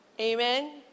Amen